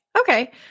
Okay